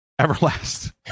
Everlast